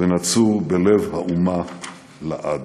ונצור בלב האומה לעד.